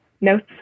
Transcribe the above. notes